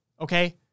okay